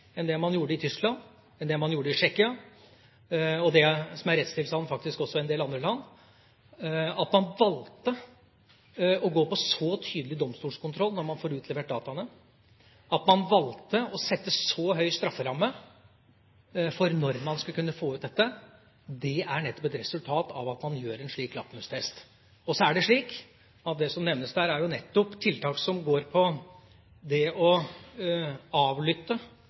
enn det man gjorde i Tyskland og det man gjorde i Tsjekkia, og det som faktisk også er rettstilstanden i en del andre land. At man valgte så tydelig å gå for domstolskontroll med hensyn til når man får utlevert dataene, at man valgte å sette så høy strafferamme for når man skal kunne få ut dette, er nettopp et resultat av at man gjør en slik lakmustest. Og så er det slik at det som nevnes der, nettopp er tiltak som går på det å avlytte